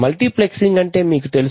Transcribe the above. multiplexing అంటే మీకు తెలుసు